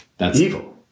evil